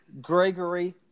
gregory